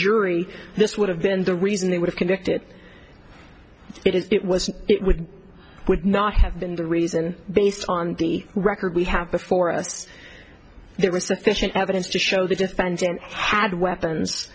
jury this would have been the reason they would have convicted it is it was it would not have been the reason based on the record we have before us there was sufficient evidence to show the defendant had weapons